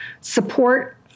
support